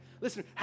Listen